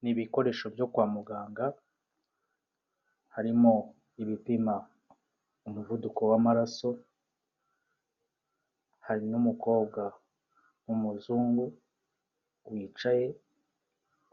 Ni ibikoresho byo kwa muganga, harimo ibipima umuvuduko w'amaraso, hari n'umukobwa w'umuzungu wicaye